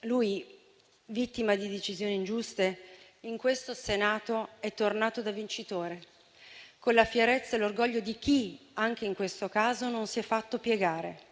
Lui, vittima di decisioni ingiuste, in questo Senato è tornato da vincitore, con la fierezza e l'orgoglio di chi, anche in questo caso, non si è fatto piegare